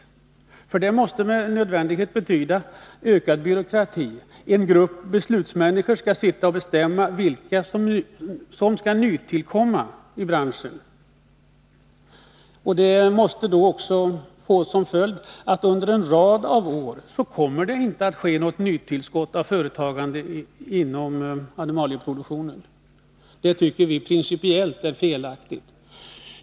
Centerns krav måste med nödvändighet betyda ökad byråkrati. En grupp ”beslutsmänniskor” skall sitta och bestämma vilka som skall nytillkomma i branschen. Det måste då också få som följd att det under en rad av år inte kommer att ske något nytillskott av företagande inom animalieproduktionen. Det tycker vi är principiellt felaktigt.